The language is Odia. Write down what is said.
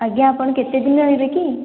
ଆଜ୍ଞା ଆପଣ କେତେ ଦିନ ରହିବେ କି